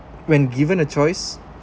when given a choice